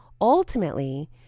Ultimately